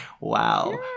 Wow